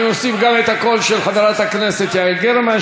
אני מוסיף גם את הקול של חברת הכנסת יעל גרמן,